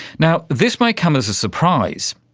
now, this may come as a surprise,